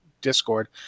Discord